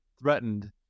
threatened